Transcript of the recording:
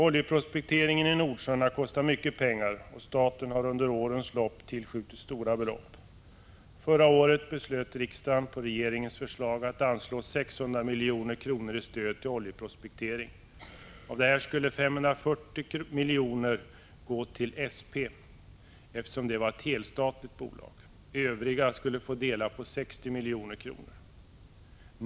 Oljeprospekteringen i Nordsjön har kostat mycket pengar, och staten har under årens lopp tillskjutit stora belopp. Förra året beslöt riksdagen på regeringens förslag att anslå 600 milj.kr. i stöd till oljeprospektering. Därav skulle 540 milj.kr. gå till SP, eftersom det var ett helstatligt bolag. Övriga skulle få dela på 60 milj.kr.